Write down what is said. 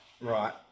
Right